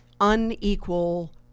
unequal